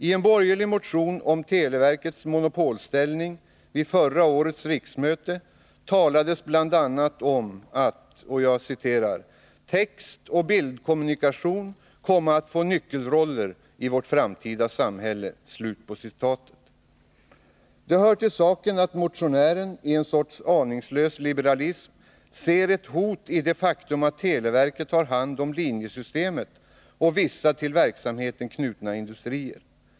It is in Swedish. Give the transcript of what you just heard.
I en borgerlig motion vid förra årets riksmöte om televerkets monopolställning talades bl.a. om att textoch bildkommunikation kommer att få nyckelroller i vårt framtida samhälle. Det hör till saken att motionären i en sorts aningslös liberalism ser ett hot i det faktum att televerket har hand om linjesystemet och vissa till verksamheten knutna industrier.